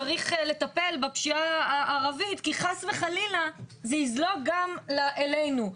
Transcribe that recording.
צריך לטפל בפשיעה הערבית כי חס וחלילה זה יזלוג גם אלינו.